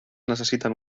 necessiten